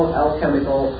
alchemical